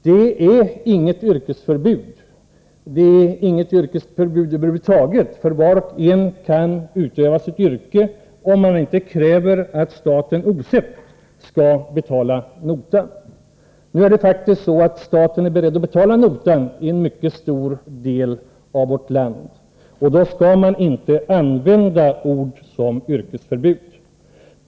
Det är inget yrkesförbud. Var och en kan utöva sitt yrke, om han inte kräver att staten osett skall betala notan. Nu är faktiskt staten beredd att betala notan i en mycket stor del av vårt land. Då skall man inte använda ord som ”yrkesförbud”.